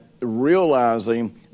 realizing